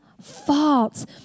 faults